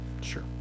sure